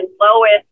lowest